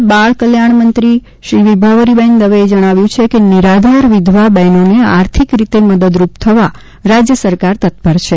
મહિલા બાળ કલ્યામ મંત્રી શ્રી વિભાવરીબેન દવેએ જણાવ્યું છે કે નિરાધાર વિધવા બહેનોને આર્થિક રીતે મદદરૂપ થવા રાજ્ય સરકાર તત્પર છે